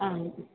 ಹಾಂ